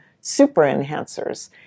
super-enhancers